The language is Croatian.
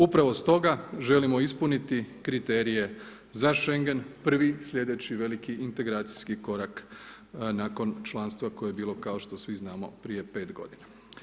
Upravo stoga želimo ispuniti kriterije za Šengen prvi slijedeći veliki integracijski korak nakon članstva koje je bilo kao što svi znamo prije 5 godina.